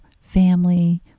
family